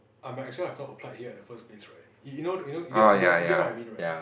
I might as well have not applied here at the first place right you know you know you get you get you get what I mean right